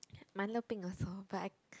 milo peng also but I